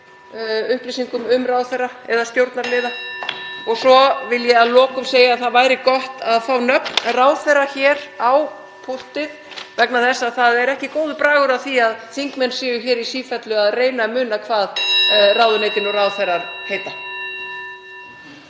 upplýsingum um ráðherra eða stjórnarliða. Og svo vil ég að lokum segja að það væri gott að fá nöfn ráðherra og ráðuneyta hér á púltið. Það er ekki góður bragur á því að þingmenn séu í sífellu að reyna að muna hvað ráðuneytin og ráðherrar heita.